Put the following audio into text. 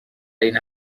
این